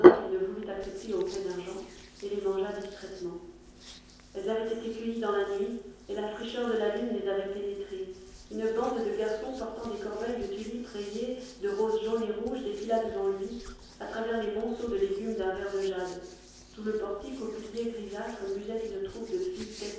qu'il ne voulût accepter aucun argent et les mangea distraitement elles avaient été cueillies dans la nuit et la fraîcheur de la lune les avait pénétrées une bande de garçons portant des corbeilles de tulipes rayées de roses jaunes et rouges défila devant lui à travers les monceaux de légumes d'un vert de jade sous le portique aux piliers grisâtres musait une troupe de